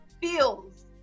feels